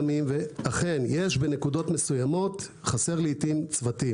בנקודות מסוימות חסרים צוותים לעיתים.